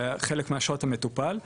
וחלק מהשעות המטופל.